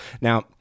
now